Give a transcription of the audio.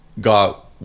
got